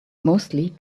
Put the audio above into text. mostly